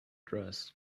dress